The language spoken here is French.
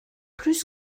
plus